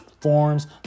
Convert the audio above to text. forms